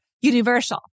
universal